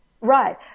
Right